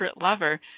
lover